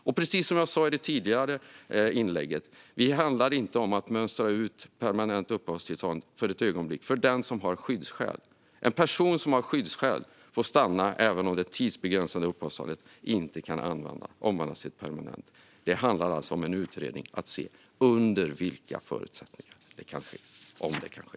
Och precis som jag sa tidigare handlar det inte ett ögonblick om att mönstra ut permanenta uppehållstillstånd för dem som har skyddsskäl. En person som har skyddsskäl får stanna även om det tidsbegränsade uppehållstillståndet inte kan omvandlas till ett permanent. Det handlar alltså om en utredning för att se under vilka förutsättningar det kan ske om det kan ske.